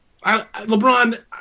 LeBron